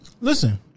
Listen